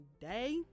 day